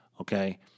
Okay